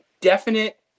definite